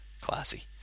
Classy